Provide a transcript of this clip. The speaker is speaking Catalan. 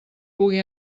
pugui